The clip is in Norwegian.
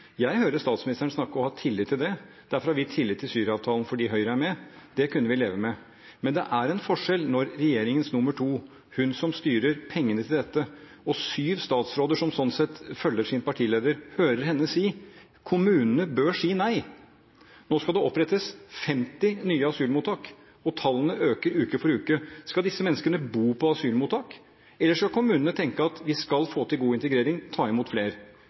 Jeg hører statsministeren snakke og har tillit til det hun sier. Derfor har vi tillit til Syria-avtalen – fordi Høyre er med. Det kunne vi leve med. Men det er en forskjell når regjeringens nr. 2, hun som styrer pengene til dette, sier – og når syv statsråder som slik sett følger sin partileder, hører henne si: Kommunene bør si nei. Nå skal det opprettes 50 nye asylmottak, og tallene øker uke for uke. Skal disse menneskene bo på asylmottak, eller skal kommunene tenke at de skal få til god integrering, ta imot flere?